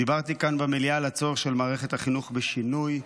דיברתי כאן במליאה על הצורך שלנו מערכת החינוך בצורך בשינוי,